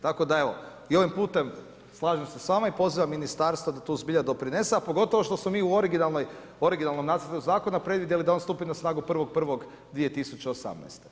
Tako da evo i ovim putem, slažem se s vama i pozivam ministarstvo da tu zbilja doprinese a pogotovo što smo mi u originalnom nacrtu zakona predvidjeli da on stupi na snagu 1.1.2018.